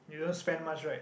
you don't spend much right